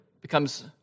becomes